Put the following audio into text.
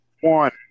One